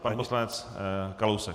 Pan poslanec Kalousek.